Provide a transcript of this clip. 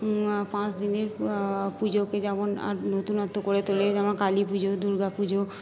পাঁচ দিনের পুজোকে যেমন আর নতুনত্ব করে তোলে যেমন কালীপুজো দুর্গাপুজো